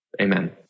Amen